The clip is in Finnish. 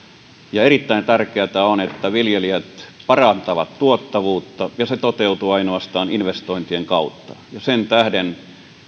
ja erittäin tärkeätä on että viljelijät parantavat tuottavuutta ja se toteutuu ainoastaan investointien kautta sen tähden